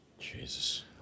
jesus